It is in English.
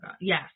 yes